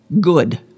good